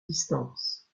distance